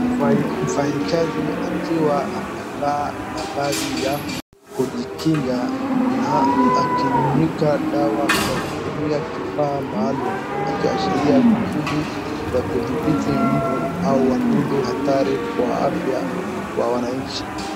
Mfanyikazi akiwa amevaa mavazi ya kujikinga na akinyunyika dawa kwa kutumia kifaa maalumu , akiashiria juhudi ya kudhibiti mbu au wadudu wakali kwa afya wa wananchi.